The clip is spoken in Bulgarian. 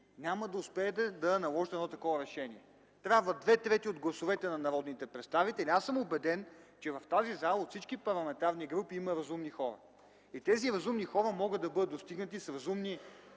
няма да успеете да наложите едно такова решение. Трябват две трети от гласовете на народните представители и аз съм убеден, че в тази зала във всички парламентарни групи има разумни хора и те могат да бъдат достигнати с разумни